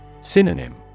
Synonym